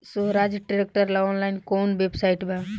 सोहराज tractor ला online कोउन website बा?